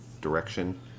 direction